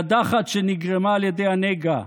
קדחת שנגרמה על ידי הנגע,